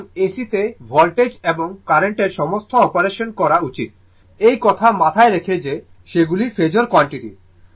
সুতরাং AC তে voltage এবং কারেন্টের সমস্ত অপারেশন করা উচিত এই কথা মাথায় রেখে যে সেগুলি ফেজোর কোয়ান্টিটিএস